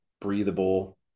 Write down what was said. breathable